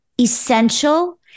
essential